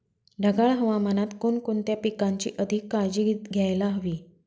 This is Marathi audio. ढगाळ हवामानात कोणकोणत्या पिकांची अधिक काळजी घ्यायला हवी?